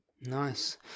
Nice